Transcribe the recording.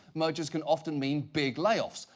mergers can often mean big layoffs,